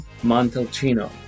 Montalcino